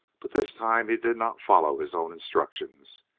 but this time he did not follow his own instructions.